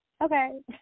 Okay